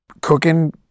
cooking